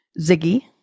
Ziggy